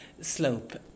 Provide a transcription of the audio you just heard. slope